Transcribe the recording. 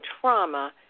trauma